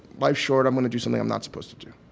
life's short. i'm going to do something i'm not supposed to do.